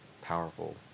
powerful